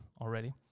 already